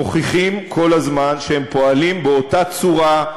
מוכיחים כל הזמן שהם פועלים באותה צורה,